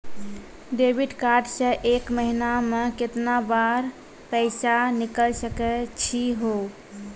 Debit card से एक महीना मा केतना बार पैसा निकल सकै छि हो?